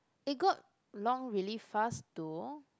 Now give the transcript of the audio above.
it got long really fast though